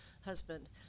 husband